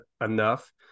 enough